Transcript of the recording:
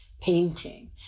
painting